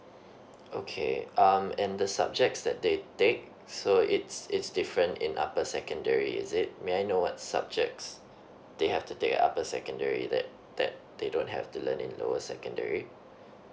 okay um and the subjects that they take so it's it's different in upper secondary is it may I know what subjects they have to take at upper secondary that that they don't have to learn in lower secondary